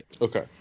Okay